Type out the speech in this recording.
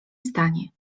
stanie